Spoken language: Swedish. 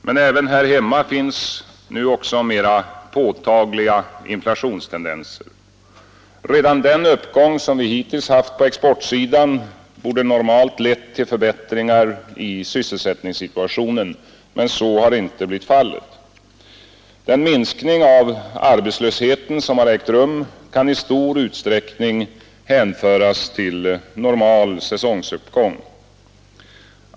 Men även här hemma finns nu också mera påtagliga inflationstendenser. Redan den uppgång som vi hittills haft på exportsidan borde normalt lett till förbättringar i sysselsättningssituationen. Men så har inte blivit fallet Den minskning av arbetslösheten som ägt rum kan i stor utsträckning hänföras till normal säsonguppgång.